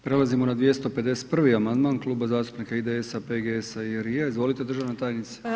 Prelazimo na 251. amandman Kluba zastupnika IDS-a, PGS-a i RI-a, izvolite državna tajnice.